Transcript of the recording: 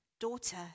daughter